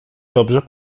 dobrze